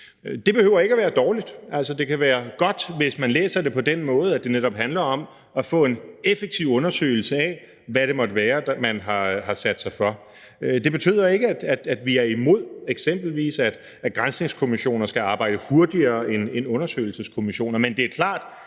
Det behøver ikke være dårligt. Altså, det kan være godt, hvis man læser det på den måde, at det netop handler om at få en effektiv undersøgelse af, hvad det måtte være, man har sat sig for. Det betyder ikke, at vi er imod, eksempelvis at granskningskommissioner skal arbejde hurtigere end undersøgelseskommissioner. Men det er klart,